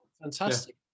Fantastic